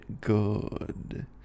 good